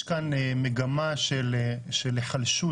יש כאן מגמה של היחלשות,